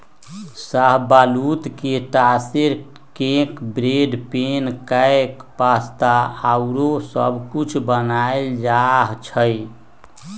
शाहबलूत के टा से cake, bread, pancake, pasta आउरो सब कुछ बनायल जाइ छइ